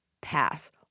Pass